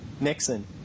Nixon